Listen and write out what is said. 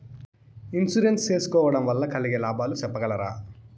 Insurance సేసుకోవడం వల్ల కలిగే లాభాలు సెప్పగలరా?